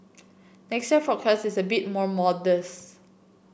next year forecast is a bit more modest